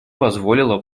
позволило